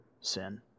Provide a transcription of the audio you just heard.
sin